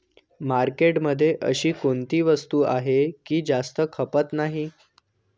मार्केटमध्ये अशी कोणती वस्तू आहे की जास्त खपत नाही?